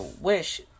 wish